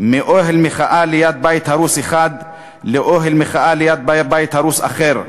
מאוהל מחאה ליד בית הרוס אחד לאוהל מחאה ליד בית הרוס אחר,